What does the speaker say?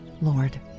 Lord